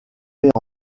met